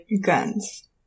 Guns